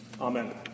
Amen